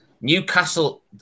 Newcastle